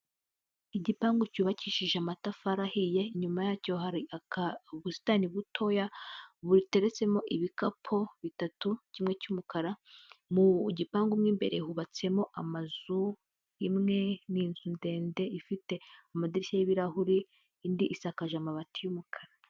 Igipangu cyubakishije amatafari ahiye, inyuma yacyo hari ubusitani butoya buteretsemo ibikapu bitatu, kimwe cy'umukara, mu gipangu mo imbere hubatsemo amazu imwe ni inzu ndende ifite amadirishya y'ibirahuri, indi isakaje amabati y'umukara.